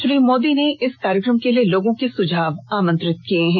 श्री मोदी ने इस कार्यक्रम के लिए लोगों से सुझाव आमंत्रित किये हैं